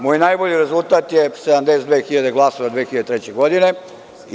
Moj najbolji rezultat je 72.000 glasova 2003. godine.